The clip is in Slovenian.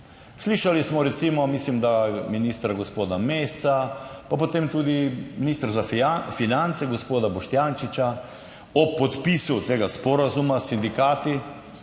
Slišali smo recimo mislim, da ministra gospoda Mesca, pa potem tudi ministra za finance gospoda Boštjančiča o podpisu tega sporazuma s sindikati.